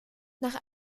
nach